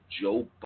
Joe